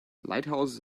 lighthouses